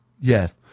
yes